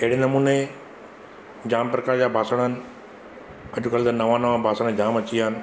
अहिड़े नमूने जाम प्रकार जा बासण आहिनि अॼुकल्ह नवां नवां बासण जाम अची विया आहिनि